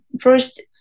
first